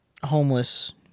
Homeless